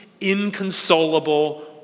inconsolable